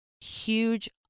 Huge